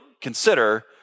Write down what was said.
consider